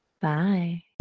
Bye